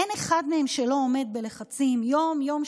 אין אחד מהם שלא עומד בלחצים יום-יום,